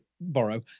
borrow